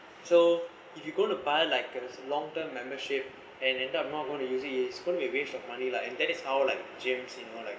so if you going to buy like those long term membership and end up not going to use it it's going to be a waste of money lah and that is how like james you know like